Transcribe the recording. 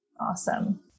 Awesome